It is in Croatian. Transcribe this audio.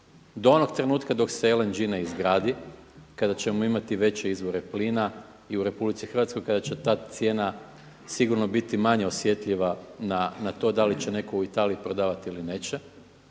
do onog trenutka dok se LNG izgradi, kada ćemo imati veće izvore plina i u RH kada će ta cijena sigurno biti manje osjetljiva na to da li će netko u Italiji prodavati ili neće.